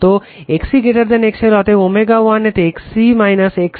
তো XC XL অতএব ω 1 তে XC XL R